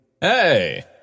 Hey